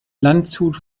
landshut